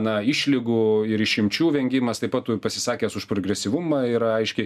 na išlygų ir išimčių vengimas taip pat pasisakęs už progresyvumą yra aiškiai